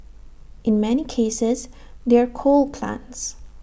in many cases they're coal plants